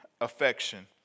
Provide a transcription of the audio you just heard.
affection